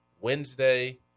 Wednesday